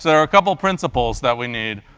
so are a couple of principles that we need.